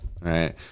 Right